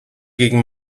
gegen